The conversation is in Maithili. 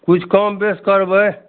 किछु कम बेस करबै